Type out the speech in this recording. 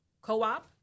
co-op